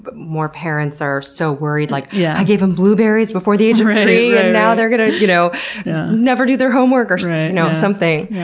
but more parents are so worried, like, yeah i gave him blueberries before the age of three and now they're gonna you know never do their homework! or so you know something.